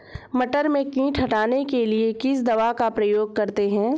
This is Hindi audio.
मटर में कीट हटाने के लिए किस दवा का प्रयोग करते हैं?